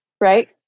right